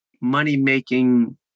money-making